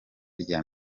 rya